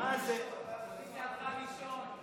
הלכה לישון.